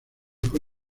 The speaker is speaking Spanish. fue